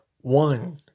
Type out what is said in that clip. one